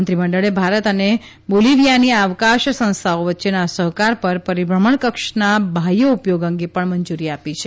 મંત્રીમંડળે ભારત અને બોલીવીયાની અવકાશ સંસ્થાઓ વચ્ચેના સહકાર તથા પરિભ્રમણકક્ષના બાહ્ય ઉપયોગ અંગે પણ મંજુરી આપી છે